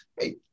Hey